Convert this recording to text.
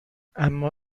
اما